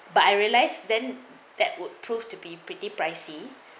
but I realised then that would prove to be pretty pricey